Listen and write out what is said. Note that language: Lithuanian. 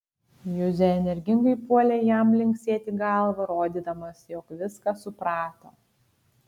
juzė energingai puolė jam linksėti galva rodydamas jog viską suprato